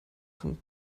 von